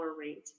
rate